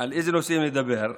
על איזה נושאים לדבר.